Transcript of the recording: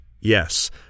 Yes